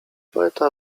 poeta